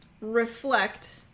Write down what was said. reflect